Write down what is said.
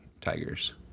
Tigers